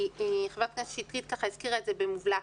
כי חברת הכנסת שטרית הזכירה את זה במובלע.